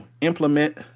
implement